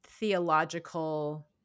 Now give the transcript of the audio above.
Theological